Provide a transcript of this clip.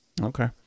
okay